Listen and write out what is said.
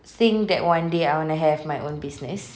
think that one day I want to have my own business